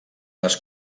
les